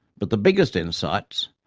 but the biggest insights,